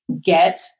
get